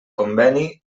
conveni